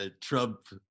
Trump